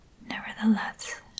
Nevertheless